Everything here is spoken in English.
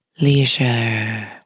Leisure